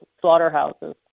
slaughterhouses